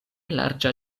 larĝa